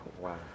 Wow